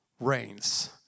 reigns